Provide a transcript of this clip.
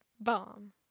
bomb